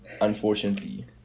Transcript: unfortunately